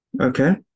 Okay